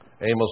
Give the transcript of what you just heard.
Amos